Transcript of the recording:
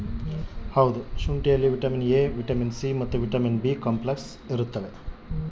ಶುಂಠಿಯಲ್ಲಿ vitamin A vitamin C vitamin B complex ಇರ್ತಾದ